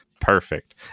perfect